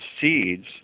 seeds